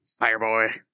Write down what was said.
Fireboy